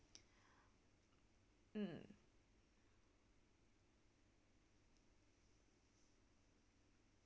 mm